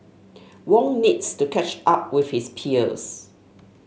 wong needs to catch up with his peers